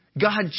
God